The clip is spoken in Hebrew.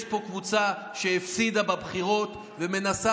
יש פה קבוצה שהפסידה בבחירות ומנסה